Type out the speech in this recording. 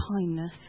kindness